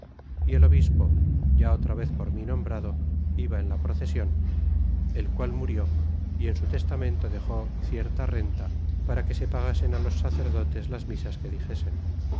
y el obispo ya otra vez por mí nombrado iba en la procesion el qual murió y en su testamento dexe cierta renta para que se pagasen á los sacerdotes las misas que dixesen